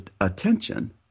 attention